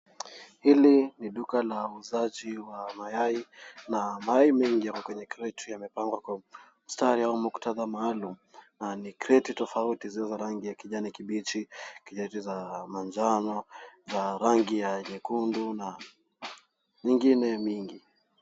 Hili ni duka la uuzaji wa mayai na mayai mengi yako kwenye kreti yamepangwa kwa mstari au muktadha maalum na ni kreti tofauti zilizo na rangi ya kijani kibichi, kreti za manjano, za rangi ya nyekundu na nyingine mingi.